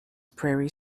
prairie